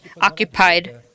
occupied